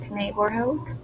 neighborhood